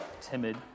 timid